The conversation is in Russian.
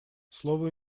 слово